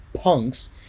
punks